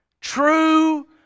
True